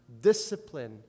discipline